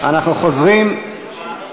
אדוני היושב-ראש,